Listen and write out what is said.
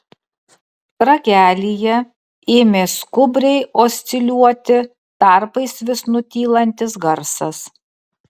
ragelyje ėmė skubriai osciliuoti tarpais vis nutylantis garsas